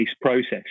process